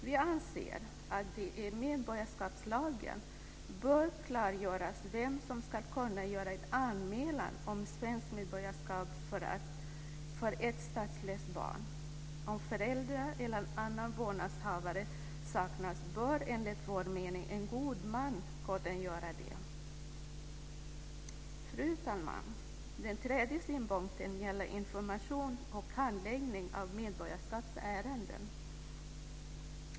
Vi anser att det i medborgarskapslagen bör klargöras vem som ska kunna göra en anmälan om svensk medborgarskap för ett statslöst barn. Om förälder eller annan vårdnadshavare saknas bör enligt vår mening en god man kunna göra det. Fru talman! Den tredje synpunkten gäller information och handläggning av medborgarskapsärenden.